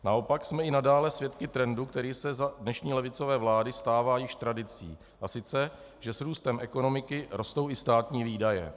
Naopak jsme i nadále svědky trendu, který se za dnešní levicové vlády stává již tradicí, a sice že s růstem ekonomiky rostou i státní výdaje.